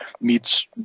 meets